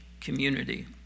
community